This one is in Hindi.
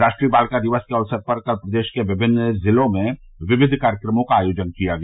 राष्ट्रीय बालिका दिवस के अवसर पर कल प्रदेश के विभिन्न जिलों में विविध कार्यक्रमों का आयोजन किया गया